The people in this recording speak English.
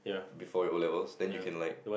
before your O-levels then you can like